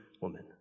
woman